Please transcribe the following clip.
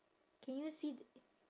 can you see